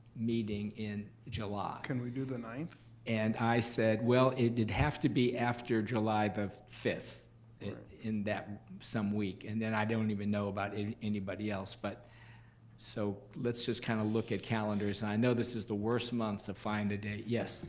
meeting in july. can we do the ninth? and i said well it did have to be after july the fifth in that some week and then i don't even know about anybody else but so let's just kind of look at calendars i know this is the worst month to find a date, yes